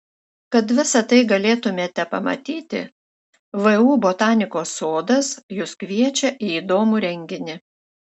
kad visa tai galėtumėte pamatyti vu botanikos sodas jus kviečia į įdomų renginį